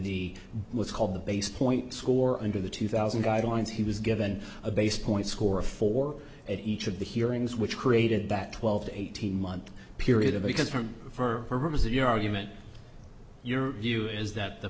the what's called the base point score under the two thousand guidelines he was given a base point score for each of the hearings which created that twelve to eighteen month period of because from for purposes of your argument your view is that the